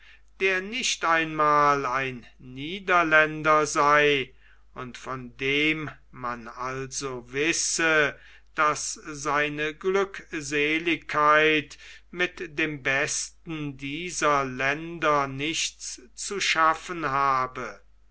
der nicht einmal ein niederländer sei und von dem man also wisse daß seine glückseligkeit mit dem besten dieser länder nichts zu schaffen habe